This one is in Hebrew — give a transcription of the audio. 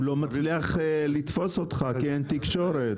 הוא לא מצליח לתפוס אותך כי אין תקשורת.